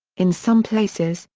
in some places,